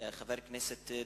חבר הכנסת דיכטר,